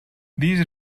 these